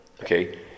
okay